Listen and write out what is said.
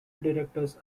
directors